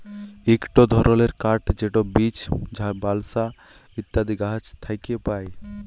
ইকট ধরলের কাঠ যেট বীচ, বালসা ইত্যাদি গাহাচ থ্যাকে পায়